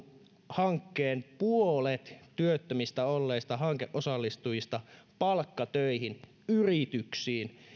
puolet hankkeen työttöminä olleista hankeosallistujista palkkatöihin yrityksiin